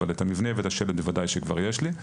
אבל את המבנה ואת השלד בוודאי שכבר יש לי.